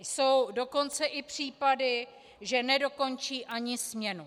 Jsou dokonce i případy, že nedokončí ani směnu.